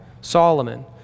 Solomon